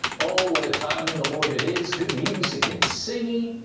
oh, what a time in the lord it is! good music and singing,